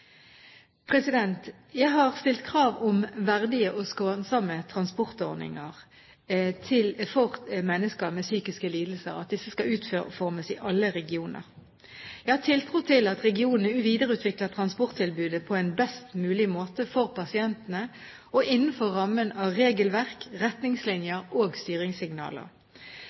Jeg har stilt krav om at verdige og skånsomme transportordninger for mennesker med psykiske lidelser utformes i alle regioner. Jeg har tiltro til at regionene videreutvikler transporttilbudet på en best mulig måte for pasientene og innenfor rammen av regelverk, retningslinjer og styringssignaler.